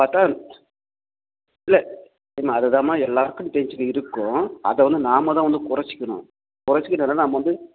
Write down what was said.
பார்த்தா இல்லை அம்மா அதுதான்மா எல்லோருக்கும் டென்ஷன் இருக்கும் அதை வந்து நாம் தான் வந்து கொறைச்சிக்கணும் கொறைச்சிக்கிட்டா தான் நம்ம வந்து